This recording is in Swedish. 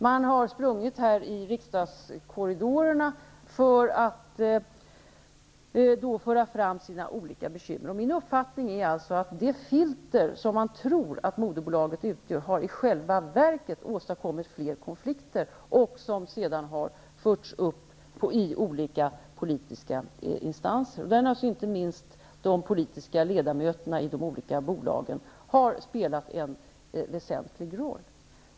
Man har sprungit i riksdagskorridorerna för att föra fram sina olika bekymmer. Min uppfattning är att det filter man tror att moderbolaget utgör i själva verket har åstadkommit fler konflikter, som sedan har förts upp i olika politiska instanser, och i det sammanhanget har naturligtvis inte minst de politiska ledamöterna i de olika bolagen spelat en väsentlig roll.